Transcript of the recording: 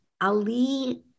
Ali